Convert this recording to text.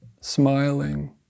smiling